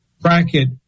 bracket